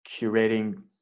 curating